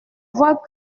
vois